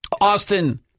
Austin